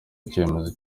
icyemezo